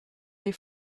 les